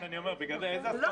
בגלל זה אני אומר, איזה הסכמות?